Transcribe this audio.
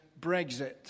Brexit